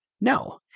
No